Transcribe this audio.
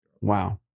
Wow